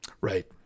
right